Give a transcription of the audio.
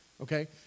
okay